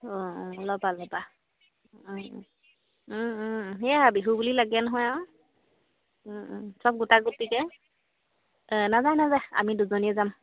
অঁ অঁ লবা লবা সেয়া বিহু বুলি লাগে নহয় আৰু চব গোটা গুটি কে নাযায় নাযায় আমি দুইজনীয়ে যাম